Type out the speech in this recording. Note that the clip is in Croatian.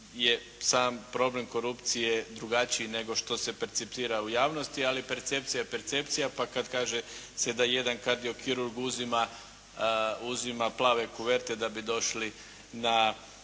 sam problem korupcije drugačiji nego što se percipira u javnosti, ali percepcija je percepcija, pa kad kaže se da jedan kardiokirurg uzima plave kuverte da bi došli na